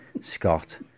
Scott